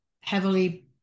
heavily